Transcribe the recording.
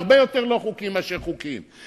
והרבה יותר לא חוקיים מאשר חוקיים.